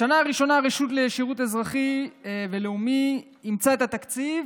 בשנה הראשונה הרשות לשירות אזרחי ולאומי אימצה את התקציב,